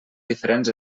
diferents